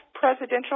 presidential